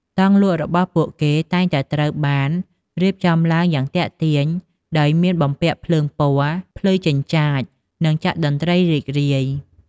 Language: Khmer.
តង់លក់របស់ពួកគេតែងតែត្រូវបានរៀបចំឡើងយ៉ាងទាក់ទាញ ដោយមានបំពាក់ភ្លើងពណ៌ភ្លឺចិញ្ចាច និងចាក់តន្ត្រីរីករាយ។